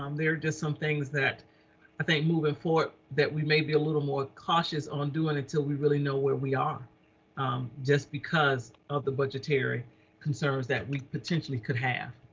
um there are just some things that i think moving forward that we may be a little more cautious on doing until we really know where we are um just because of the budgetary concerns that we potentially could have.